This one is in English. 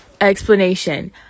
explanation